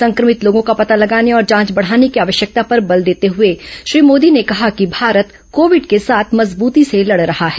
संक्रमित लोगों का पता लगाने और जांच बढ़ाने की आवश्यकता पर बल देते हुए श्री मोदी ने कहा कि भारत कोविड के साथ मजबूती से लड़ रहा है